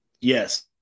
yes